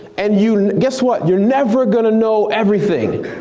and you know guess what? you're never gonna know everything.